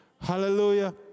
Hallelujah